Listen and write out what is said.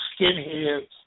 skinheads